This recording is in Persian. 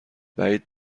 بعید